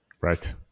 right